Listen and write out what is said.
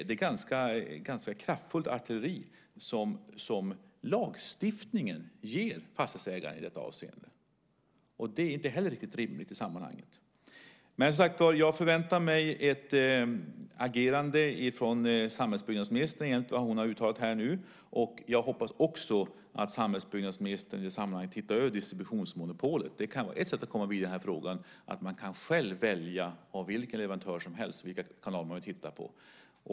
Det är ett ganska kraftfullt artilleri som lagstiftningen ger fastighetsägaren i detta avseende. Det är inte riktigt rimligt i sammanhanget. Jag förväntar mig ett agerande från samhällsbyggnadsministern i enlighet med vad hon har uttalat här nu. Jag hoppas att samhällsministern i det sammanhanget också tittar över distributionsmonopolet. Det kan vara ett sätt att komma vidare i den här frågan att man själv kan välja leverantör och vilka kanaler man vill titta på.